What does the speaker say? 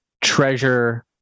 treasure